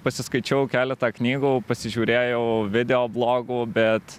pasiskaičiau keletą knygų pasižiūrėjau video blogų bet